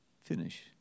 Finish